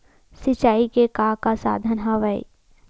सिंचाई के का का साधन हवय?